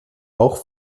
auch